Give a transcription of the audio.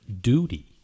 duty